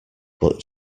but